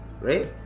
right